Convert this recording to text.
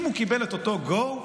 אם הוא קיבל את אותו go,